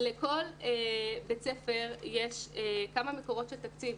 לכל בית ספר יש כמה מקורות של תקציב.